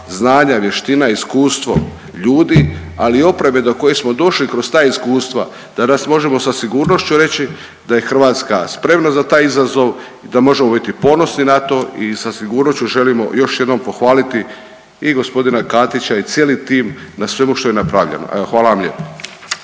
znanje, vještina, iskustvo ljudi ali i opreme do koje smo došli kroz ta iskustva danas možemo sa sigurnošću reći da je Hrvatska spremna za taj izazov i da možemo biti ponosni na to i sa sigurnošću želimo još jednom pohvaliti i gospodina Katića i cijeli tim na svemu što je napravljeno. Evo hvala vam lijepo.